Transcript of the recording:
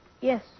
Yes